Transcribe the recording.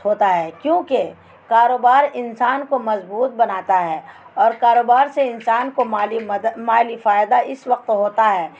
ہوتا ہے کیونکہ کاروبار انسان کو مضبوط بناتا ہے اور کاروبار سے انسان کو مالی مدد مالی فائدہ اس وقت ہوتا ہے